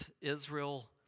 Israel